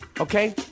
okay